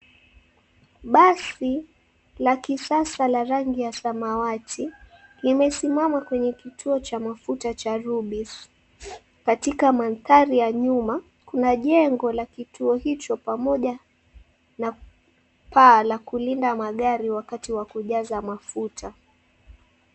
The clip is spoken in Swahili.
Basi la kisasa la rangi ya samawati limesimama kwenye kituo cha mafuta cha Rubis. Katika mandhari ya nyuma kuna jengo la kituo hicho pamoja na paa la kulinda magari wakati wa kujaza mafuta.